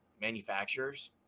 manufacturers